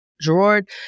Gerard